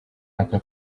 aka